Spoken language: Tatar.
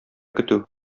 көтү